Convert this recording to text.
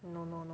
no no no